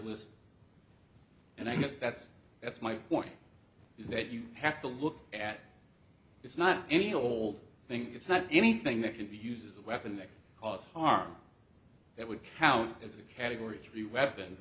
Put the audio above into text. list and i guess that's that's my point is that you have to look at it's not any old thing it's not anything that can be used as a weapon and cause harm that we count as a category three weapon